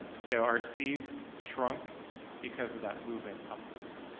so our cs shrunk because of that movement upwards.